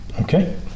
Okay